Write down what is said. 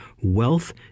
wealth